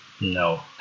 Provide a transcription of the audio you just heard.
No